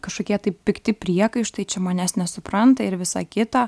kažkokie tai pikti priekaištai čia manęs nesupranta ir visa kita